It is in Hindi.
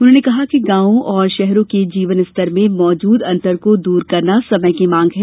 उन्होंने कहा कि गांवों और शहरों के जीवन स्तर में मौजूद अन्तर को दूर करना समय की मांग है